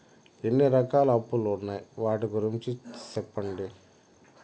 ఎన్ని రకాల అప్పులు ఉన్నాయి? వాటి గురించి సెప్పండి?